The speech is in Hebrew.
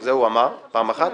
זה הוא אמר פעם אחת.